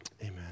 Amen